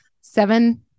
Seven